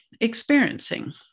experiencing